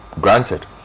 granted